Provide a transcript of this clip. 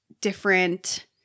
Different